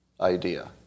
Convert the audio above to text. idea